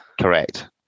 Correct